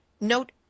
Note